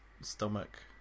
stomach